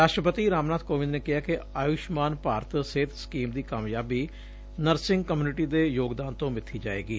ਰਾਸ਼ਟਰਪਤੀ ਰਾਮਨਾਥ ਕੋਵਿੰਦ ਨੇ ਕਿਹੈ ਕਿ ਆਯੁਸ਼ਮਾਨ ਭਾਰਤ ਸਿਹਤ ਸਕੀਮ ਦੀ ਕਾਮਯਾਬੀ ਨਰਸਿੰਗ ਕਮਿਊਨਿਟੀ ਦੇ ਯੋਗਦਾਨ ਤੋਂ ਮਿਥੀ ਜਾਏਗੀ